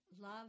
Love